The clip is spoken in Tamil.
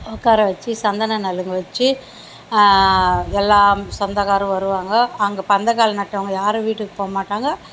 உட்கார வச்சு சந்தன நலங்கு வச்சு எல்லா சொந்தகாரரும் வருவாங்க அங்கே பந்தக்கால் நட்டவங்க யாரும் வீட்டுக்கு போக மாட்டாங்க